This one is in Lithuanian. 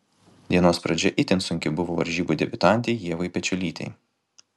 dienos pradžia itin sunki buvo varžybų debiutantei ievai pečiulytei